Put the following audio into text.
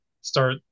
start